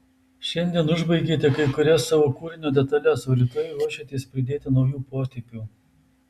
šiandien užbaigėte kai kurias savo kūrinio detales o rytoj ruošiatės pridėti naujų potėpių